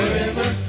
Forever